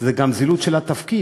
זה גם זילות של התפקיד,